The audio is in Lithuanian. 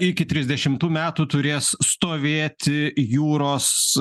iki trisdešimtų metų turės stovėti jūros